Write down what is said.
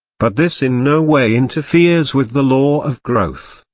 but this in no way interferes with the law of growth,